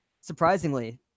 surprisingly